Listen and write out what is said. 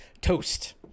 Toast